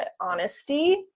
honesty